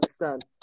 understand